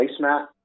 placemat